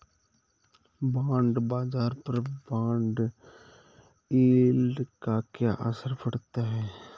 Bond बाजार पर bond yield का क्या असर पड़ता है?